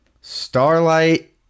Starlight